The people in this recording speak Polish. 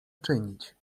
czynić